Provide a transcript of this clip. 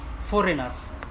foreigners